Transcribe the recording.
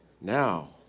Now